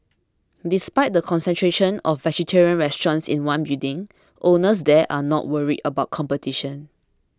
despite the concentration of vegetarian restaurants in one building owners there are not worried about competition